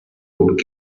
could